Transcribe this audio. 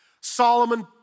Solomon